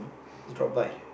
drop by